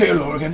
ah laura and